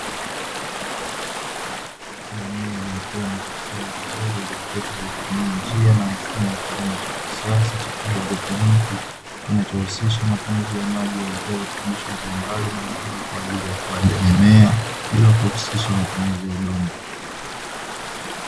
Mimea iliyokua na kustawi vizuri iliyooteshwa kwa njia na mfumo wa kisasa wa kilimo cha kisasa cha kihaidroponi, kinachohusisha matumizi ya maji yaletayo virutubisho muhimu kwa ajili ya ukuaji wa mimea bila kuhusisha matumizi ya udongo.